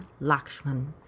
Lakshman